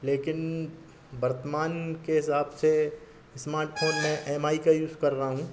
लेकिन वर्तमान के हिसाब से स्मार्टफोन में एम आइ का यूस कर रहा हूँ